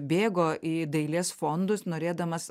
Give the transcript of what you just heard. bėgo į dailės fondus norėdamas